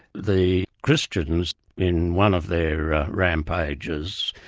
the christians in one of their rampages,